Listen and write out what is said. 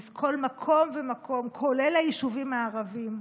כל מקום ומקום, כולל היישובים הערביים,